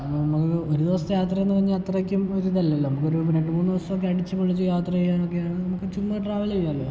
അപ്പം നമുക്ക് ഒരു ദിവസത്തെ യാത്രയെന്ന് പറഞ്ഞാൽ അത്രയ്ക്കും ഒരു ഇതല്ലല്ലോ നമുക്ക് ഒരു ഇപ്പോൾ രണ്ട് മൂന്ന് ദിവസം ഒക്കെ അടിച്ച് പൊളിച്ച് യാത്ര ചെയ്യാനൊക്കെയാണ് നമുക്ക് ചുമ്മ ട്രാവൽ ചെയ്യാമല്ലോ